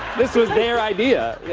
this was their idea, yeah.